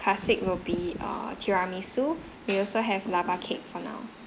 classic will be err tiramisu we also have lava cake for now